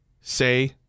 Say